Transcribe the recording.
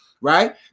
right